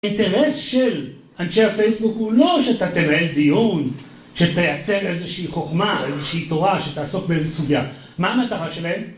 ‫האינטרס של אנשי הפייסבוק ‫הוא לא שאתה תנהל דיון, ‫שתייצר איזושהי חוכמה, ‫איזושהי תורה, שתעסוק באיזו סוגיה. ‫מה המטרה שלהם?